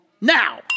now